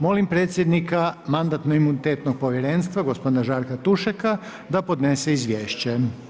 Molim predsjednika Mandatno-imunitetnog povjerenstva gospodina Žarka Tušeka da podnese izvješće.